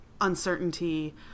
uncertainty